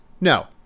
no